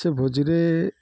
ସେ ଭୋଜିରେ